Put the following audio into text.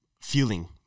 feeling